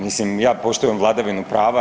Mislim ja poštujem vladavinu prava.